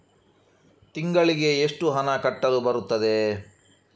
ತಿಂಗಳಿಗೆ ಎಷ್ಟು ಹಣ ಕಟ್ಟಲು ಬರುತ್ತದೆ?